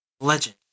legend